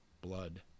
blood